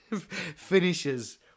finishes